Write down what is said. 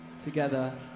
together